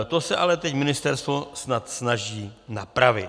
To se ale teď ministerstvo snad snaží napravit.